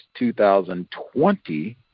2020